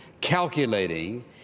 calculating